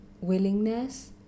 willingness